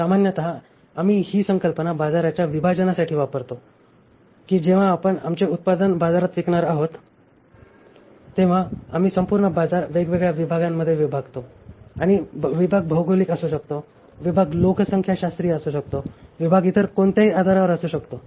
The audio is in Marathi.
सामान्यत आम्ही ही संकल्पना बाजाराच्या विभाजनासाठी वापरतो की जेव्हा आपण आमचे उत्पादन बाजारात विकणार आहोत तेव्हा आम्ही संपूर्ण बाजार वेगवेगळ्या विभागांमध्ये विभागतो आणि विभाग भौगोलिक असू शकतो विभाग लोकसंख्याशास्त्रीय असू शकतो विभाग इतर कोणत्याही आधारावर असू शकतो